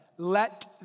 Let